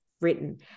Written